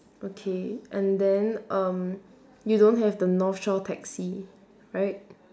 okay and then um you don't have the north shore taxi right